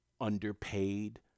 underpaid